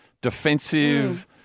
Defensive